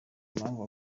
impamvu